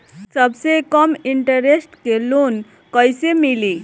सबसे कम इन्टरेस्ट के लोन कइसे मिली?